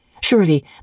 Surely